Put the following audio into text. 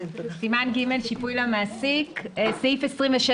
סעיף (ב) מדבר על השיפוי של ביטוח לאומי.